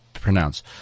pronounce